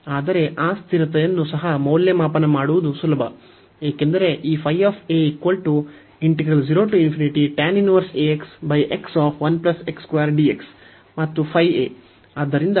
ಆದರೆ ಆ ಸ್ಥಿರತೆಯನ್ನು ಸಹ ಮೌಲ್ಯಮಾಪನ ಮಾಡುವುದು ಸುಲಭ ಏಕೆಂದರೆ ಈ ಮತ್ತು ಆದ್ದರಿಂದ ಮೌಲ್ಯ ϕ 0